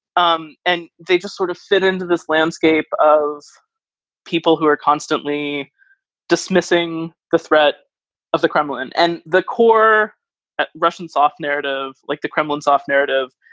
um and they just sort of fit into this landscape of people who are constantly dismissing the threat of the kremlin and the core russian soft narrative like the kremlin soft narrative.